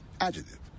Adjective